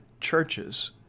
churches